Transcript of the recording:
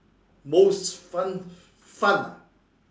most fun fun